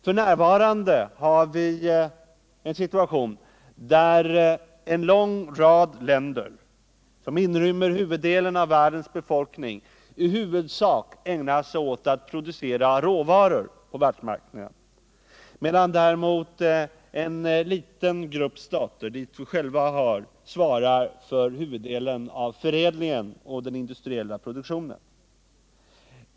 F. n. har vi en situation där en lång rad länder, som inrymmer huvuddelen av världens befolkning, i huvudsak ägnar sig åt att producera råvaror för världsmarknaden, medan däremot en liten grupp stater, dit vi själva hör, svarar för huvuddelen av förädlingen och den industriella produktionen.